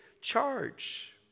charge